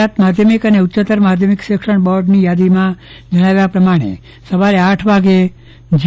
ગુજરાત માધ્યમિક અને ઉચ્ચત્તર માધ્યમિક શિક્ષણ બોર્ડની યાદીમાં જણાવ્યા પ્રમાણે સવારે આઠ વાગ્યે જી